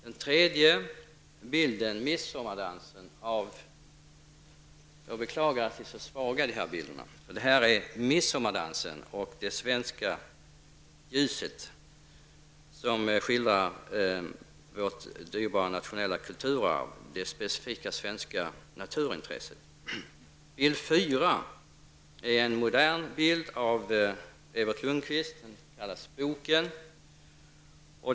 Den tredje bilden visar Midsommardansen med det svenska ljuset. Den skildrar vårt dyrbara nationella kulturarv, det specifika svenska naturintresset. Bild fyra är en modern bild av Evert Lundquist och kallas Boken.